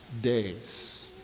days